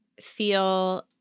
feel